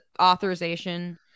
authorization